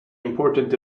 important